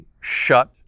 shut